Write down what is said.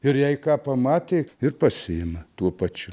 ir jei ką pamatė ir pasiima tuo pačiu